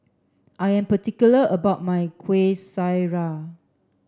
I am particular about my Kueh Syara